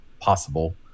possible